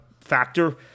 factor